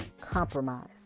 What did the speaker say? compromise